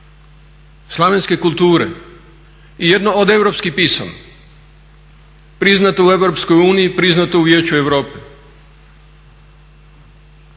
slavenske kulture i jedno od europskih pisama priznato u EU, priznato u Vijeću Europe.